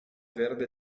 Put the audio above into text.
verde